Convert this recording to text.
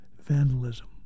vandalism